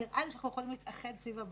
ועכשיו אנחנו צריכים כאן את המערך שיהיה מחובר,